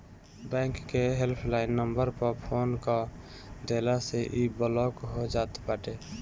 bank के help line number पअ phone कअ देहला से इ ब्लाक हो जात बाटे